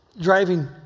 driving